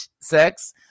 sex